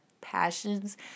passions